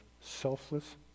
selfless